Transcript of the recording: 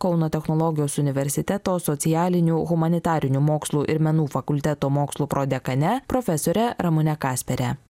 kauno technologijos universiteto socialinių humanitarinių mokslų ir menų fakulteto mokslų prodekane profesore ramune kaspere